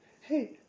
hey